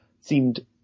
seemed